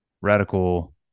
radical